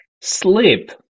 sleep